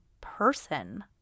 person